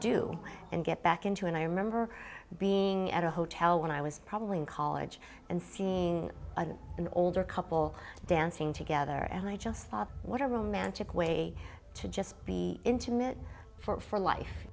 do and get back into and i remember being at a hotel when i was probably in college and seeing an older couple dancing together and i just thought what a romantic way to just be intimate for